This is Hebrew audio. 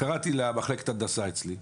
קראתי למחלקת הנדסה אצלי,